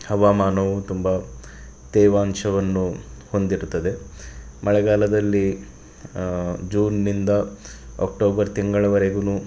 ಹವಮಾನವು ತುಂಬ ತೇವಾಂಶವನ್ನು ಹೊಂದಿರುತ್ತದೆ ಮಳೆಗಾಲದಲ್ಲಿ ಜೂನ್ನಿಂದ ಅಕ್ಟೋಬರ್ ತಿಂಗಳವರೆಗೂ